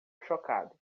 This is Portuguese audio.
chocado